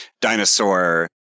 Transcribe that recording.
dinosaur